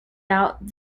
out